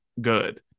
good